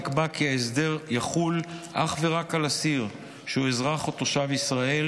נקבע כי ההסדר יחול אך ורק על אסיר שהוא אזרח או תושב ישראל